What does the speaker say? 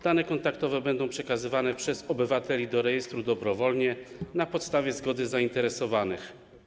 Dane kontaktowe będą przekazywane przez obywateli do rejestru dobrowolnie, na podstawie zgody zainteresowanych.